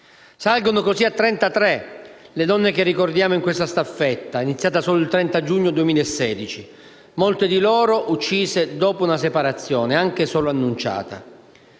Salgono così a 33 le donne che ricordiamo in questa staffetta, iniziata solo il 30 giugno 2016. Molte di loro uccise dopo una separazione, anche solo annunciata.